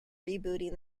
rebooting